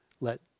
Let